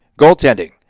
Goaltending